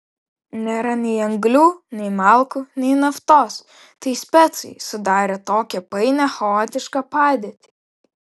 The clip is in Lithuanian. nėra nei anglių nei malkų nei naftos tai specai sudarė tokią painią chaotišką padėtį